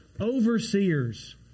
overseers